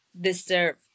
deserve